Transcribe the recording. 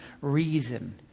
reason